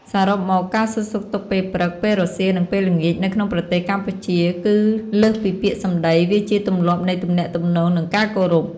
សរុបមក ការសួរសុខទុក្ខពេលព្រឹក ពេលរសៀល និងពេលល្ងាចនៅក្នុងប្រទេសកម្ពុជា គឺលើសពីពាក្យសម្ដី វាជាទម្លាប់នៃទំនាក់ទំនង និងការគោរព។